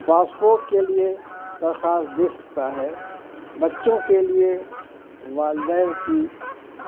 passport کے لیے درخواست دے سکتا ہے بچوں کے لیے والدین کی